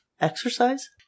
exercise